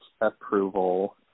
approval